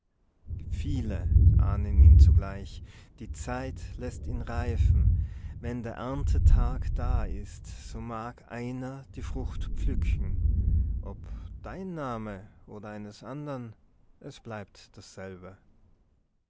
viele ahnen ihn zugleich die zeit läßt ihn reifen wenn der erntetag da ist so mag einer die frucht pflücken ob dein name oder eines andern es bleibt dasselbe